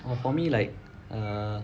well for me like err